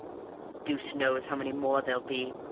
deuce knows how many more there'll be,